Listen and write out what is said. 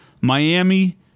Miami